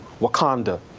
Wakanda